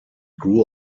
grew